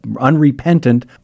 unrepentant